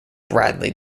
bradley